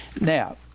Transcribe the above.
Now